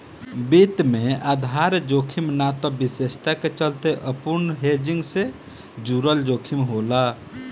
वित्त में आधार जोखिम ना त विशेषता के चलते अपूर्ण हेजिंग से जुड़ल जोखिम होला